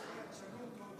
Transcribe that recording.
תשנו אותו עוד שבוע.